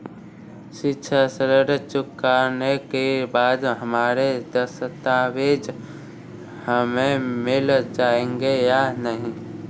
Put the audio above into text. शिक्षा ऋण चुकाने के बाद हमारे दस्तावेज हमें मिल जाएंगे या नहीं?